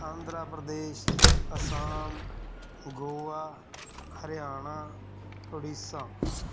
Andhra Pradesh Assam Goa Haryana Orissa